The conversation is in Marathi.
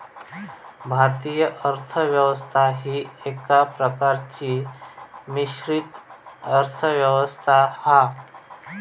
भारतीय अर्थ व्यवस्था ही एका प्रकारची मिश्रित अर्थ व्यवस्था हा